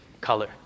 color